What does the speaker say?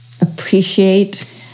appreciate